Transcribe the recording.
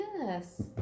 Yes